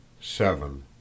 seven